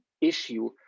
issue